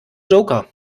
joker